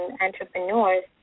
entrepreneurs